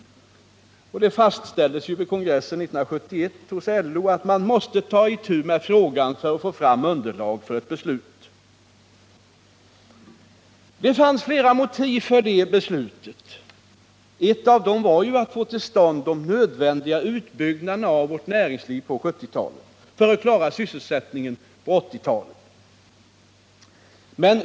Det fastställdes vid LO:s kongress 1971 att man måste ta itu med frågan för att få fram underlag för ett beslut. Det fanns flera motiv för det beslutet. Ett av dem var att få till stånd de nödvändiga utbyggnaderna av vårt näringsliv på 1970-talet för att klara sysselsättningen på 1980-talet.